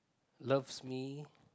loves me